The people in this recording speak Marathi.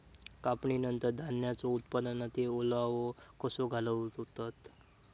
कापणीनंतर धान्यांचो उत्पादनातील ओलावो कसो घालवतत?